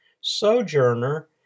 Sojourner